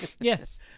Yes